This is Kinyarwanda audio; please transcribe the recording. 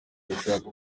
gushaka